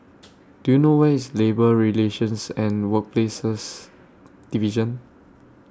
Do YOU know Where IS Labour Relations and Workplaces Division